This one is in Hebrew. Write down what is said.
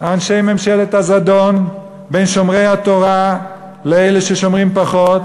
אנשי ממשלת הזדון בין שומרי התורה לאלה ששומרים פחות,